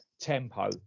tempo